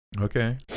okay